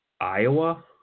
Iowa